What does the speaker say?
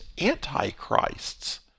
antichrists